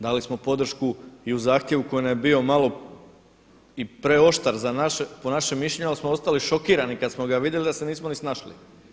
Dali smo podršku i u zahtjevu koji nam je bio malo i preoštar po našem mišljenju ali smo ostali šokirani kada smo ga vidjeli da se nismo ni snašli.